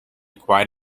quiet